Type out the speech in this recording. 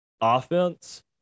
offense